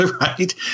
right